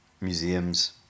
museums